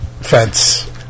fence